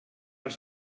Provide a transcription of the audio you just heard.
els